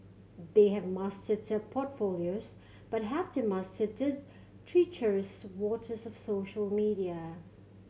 they have mastered their portfolios but have they mastered treacherous waters of social media